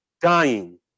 dying